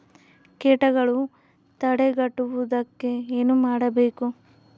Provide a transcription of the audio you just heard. ಕೇಟಗಳನ್ನು ತಡೆಗಟ್ಟುವುದಕ್ಕೆ ಏನು ಮಾಡಬೇಕು?